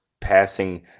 passing